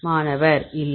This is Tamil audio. மாணவர் இல்லை